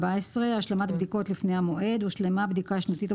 114.השלמת בדיקות לפני המועד הושלמה בדיקה שנתית או